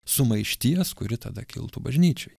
sumaišties kuri tada kiltų bažnyčioj